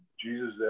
Jesus